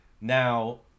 Now